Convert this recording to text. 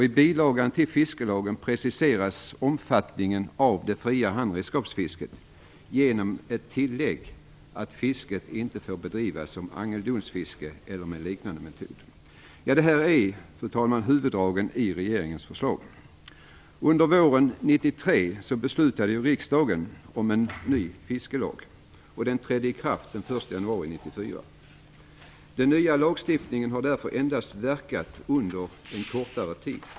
I bilagan till fiskelagen preciseras omfattningen av det fria handredskapsfisket genom tillägget att fisket inte får bedrivas i form av angeldonsfiske eller med liknande metoder. Fru talman! Det här är huvuddragen i regeringens förslag. Under våren 1993 beslutade riksdagen om en ny fiskelag. Den trädde i kraft 1 januari 1994. Den nya lagstiftningen har därför endast verkat under en kortare tid.